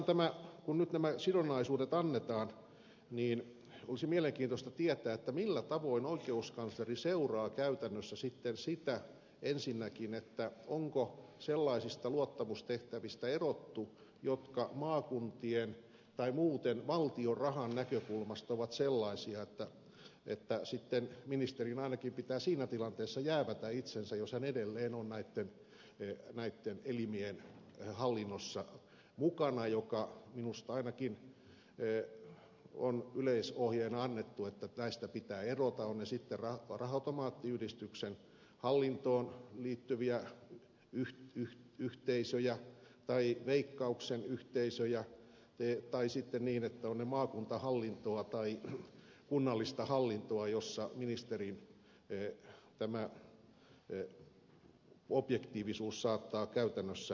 oikeastaan kun nyt nämä sidonnaisuudet annetaan olisi mielenkiintoista tietää millä tavoin oikeuskansleri seuraa käytännössä ensinnäkin sitä onko sellaisista luottamustehtävistä erottu jotka maakuntien tai muuten valtion rahan näkökulmasta ovat sellaisia että ministerin ainakin pitää siinä tilanteessa jäävätä itsensä jos hän edelleen on näitten elimien hallinnossa mukana ja se minusta ainakin on yleisohjeena annettu että näistä pitää erota ovat ne sitten raha automaattiyhdistyksen hallintoon liittyviä yhteisöjä tai veikkauksen yhteisöjä tai sitten maakuntahallintoa tai kunnallista hallintoa joissa ministerin objektiivisuus saattaa käytännössä vaarantua